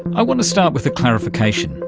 i want to start with a clarification.